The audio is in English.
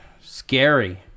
scary